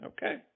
Okay